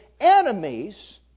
enemies